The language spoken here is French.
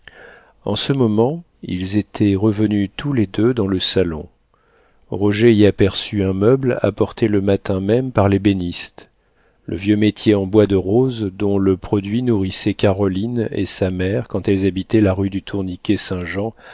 en ce moment ils étaient revenus tous les deux dans le salon roger y aperçut un meuble apporté le matin même par l'ébéniste le vieux métier en bois de rose dont le produit nourrissait caroline et sa mère quand elles habitaient la rue du tourniquet saint jean